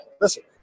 listen